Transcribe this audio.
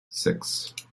six